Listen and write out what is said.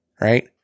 Right